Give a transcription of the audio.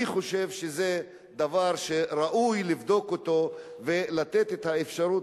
אני חושב שזה דבר שראוי לבדוק אותו ולתת את האפשרות